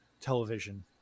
television